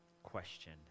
question